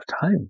time